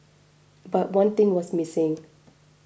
but one thing was missing